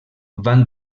van